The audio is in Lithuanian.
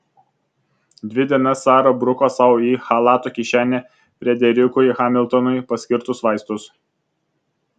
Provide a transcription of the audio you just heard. dvi dienas sara bruko sau į chalato kišenę frederikui hamiltonui paskirtus vaistus